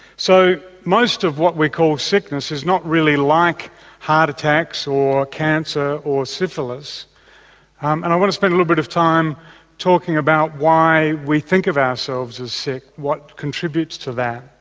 so most of what we call sickness is not really like heart attacks or cancer or syphilis and i want to spend bit of time talking about why we think of ourselves as sick, what contributes to that.